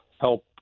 help